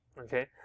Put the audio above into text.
okay